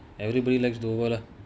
everybody likes dover